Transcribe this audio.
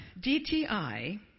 DTI